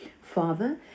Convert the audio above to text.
Father